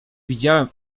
widziałem